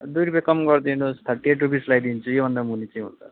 दुई रुपियाँ कम गरिदिनु होस् थर्टी एट रुपिस लगाइदिन्छु योभन्दा मुनि चाहिँ हुँदैन